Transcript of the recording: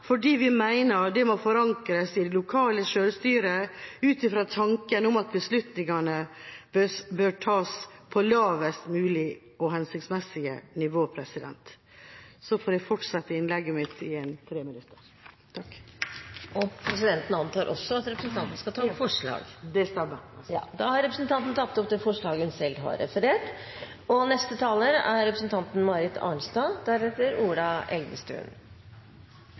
fordi vi mener det må forankres i det lokale selvstyret ut fra tanken om at beslutningene bør tas på lavest mulig hensiktsmessig nivå. – Så får jeg fortsette innlegget mitt i en treminutter. Presidenten antar også at representanten skal ta opp forslag. Det stemmer. Da har representanten Rigmor Andersen Eide tatt opp forslagene fra Kristelig Folkeparti. En god naturmangfoldspolitikk må innebære en nødvendig balanse mellom vern og